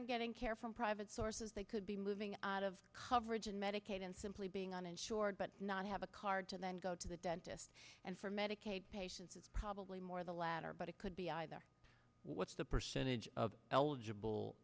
and getting care from private sources they could be moving out of coverage and medicaid and simply being uninsured but not have a card to then go to the dentist and for medicaid patients it's probably more the latter but it could be either what's the percentage of eligible